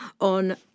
on